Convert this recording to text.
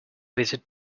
visit